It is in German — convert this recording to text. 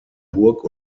burg